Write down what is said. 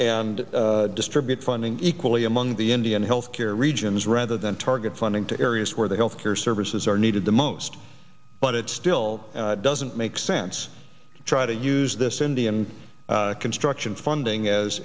d distribute funding equally among the indian health care regions rather than target funding to areas where the health care services are needed the most but it still doesn't make sense to try to use this indian construction funding as